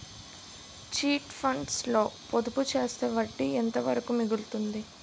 Chit funds లో పొదుపు చేస్తే వడ్డీ ఎంత వరకు మిగులుతుంది?